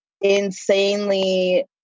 insanely